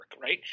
right